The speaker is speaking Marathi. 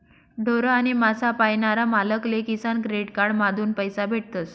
ढोर आणि मासा पायनारा मालक ले किसान क्रेडिट कार्ड माधून पैसा भेटतस